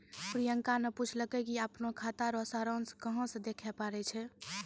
प्रियंका ने पूछलकै कि अपनो खाता रो सारांश कहां से देखै पारै छै